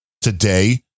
today